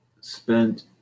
spent